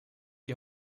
die